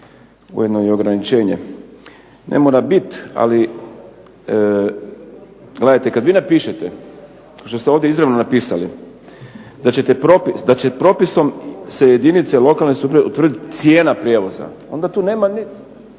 ujedno i ograničenje. Ne mora bit, ali gledajte kad vi napišete što ste ovdje izravno napisali da će propisom se jedinice lokalne samouprave utvrditi cijena prijevoza, onda tu nema,